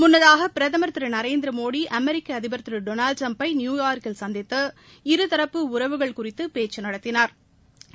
முன்னதாக பிரதமா் திரு நரேந்திர மோடி அமெரிக்க அதிபா் திரு டொனால்டு டிரம்ப நியூயா்க்கில் சந்தித்து இருதரப்புகள் உறவுகள் குறித்து பேச்சு நடத்தினா்